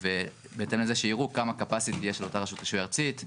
ובהתאם לזה שיראו כמה capacity יש לאותה רשות רישוי ארצית,